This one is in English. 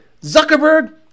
Zuckerberg